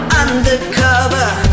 undercover